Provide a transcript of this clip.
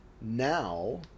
now